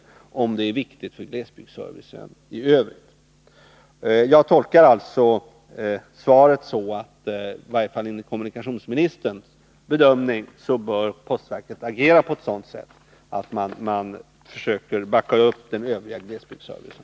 Jag tolkar svaret så att postverket i varje fall enligt kommunikationsministerns bedömning bör agera på ett sådant sätt att man försöker backa upp den övriga glesbygdsservicen.